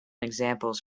examples